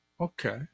okay